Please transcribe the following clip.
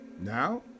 Now